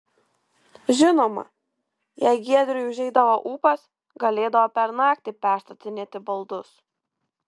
žinoma jei giedriui užeidavo ūpas galėdavo per naktį perstatinėti baldus